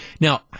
Now